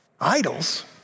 Idols